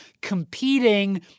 competing